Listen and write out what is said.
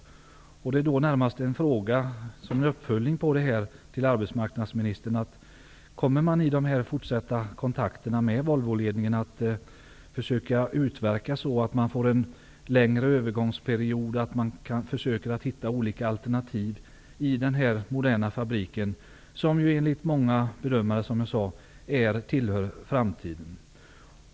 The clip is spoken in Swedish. Kommer regeringen i de fortsatta kontakterna med Volvoledningen att försöka utverka en längre övergångsperiod så att man kan hitta olika alternativ för denna moderna fabrik, som ju enligt många bedömare tillhör framtiden?